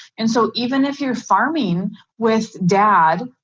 and so even if you're farming with dad,